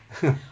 !huh!